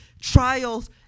trials